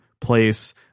place